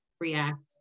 react